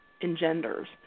engenders